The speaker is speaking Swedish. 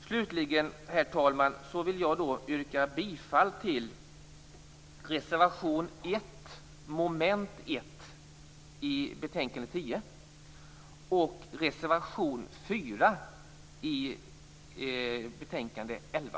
Slutligen, herr talman, vill jag yrka bifall till reservation 1 under mom. 1 i betänkande 10 och till reservation 4 i betänkande 11.